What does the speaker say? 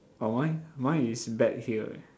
or mine mine is bet here eh